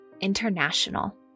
international